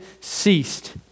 ceased